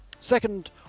Second